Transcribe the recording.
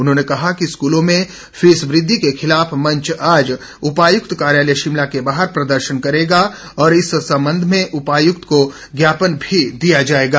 उन्होंने कहा कि स्कूलों में फीस वृद्धि के खिलाफ मंच आज उपायुक्त कार्यालय शिमला के बाहर प्रदर्शन करेगा और इस संबंध में उपायुक्त को ज्ञापन भी दिया जाएगा